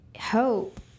hope